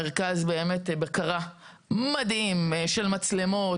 מרכז בקרה מדהים עם מצלמות,